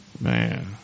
Man